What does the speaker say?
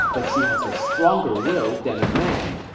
but she has a stronger will than a man.